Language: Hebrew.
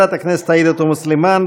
חברת הכנסת עאידה תומא סלימאן,